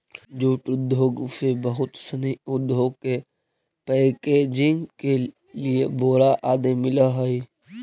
jute उद्योग से बहुत सनी उद्योग के पैकेजिंग के लिए बोरा आदि मिलऽ हइ